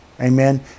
amen